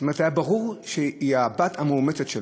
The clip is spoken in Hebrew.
זאת אומרת, היה ברור שהיא הבת שלהם, המאומצת.